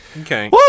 Okay